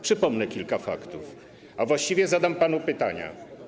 Przypomnę kilka faktów, a właściwie zadam panu pytania.